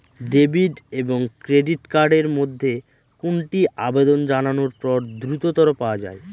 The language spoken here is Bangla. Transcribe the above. ডেবিট এবং ক্রেডিট কার্ড এর মধ্যে কোনটি আবেদন জানানোর পর দ্রুততর পাওয়া য়ায়?